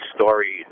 story